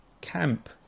camp